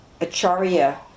acharya